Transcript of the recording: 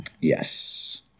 Yes